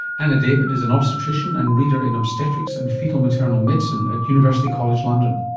anna david is an obstetrician and reader in obstetrics and foetal-maternal medicine at university college london.